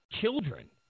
Children